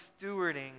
stewarding